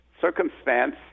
circumstance